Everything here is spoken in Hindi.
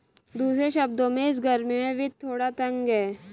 दूसरे शब्दों में, इस गर्मी में वित्त थोड़ा तंग है